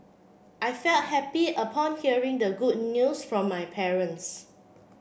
I felt happy upon hearing the good news from my parents